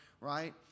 right